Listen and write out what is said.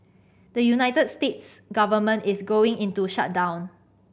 the United States government is going into shutdown